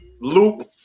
loop